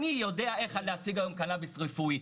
אני יודע איך להשיג היום קנאביס רפואי,